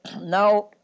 Now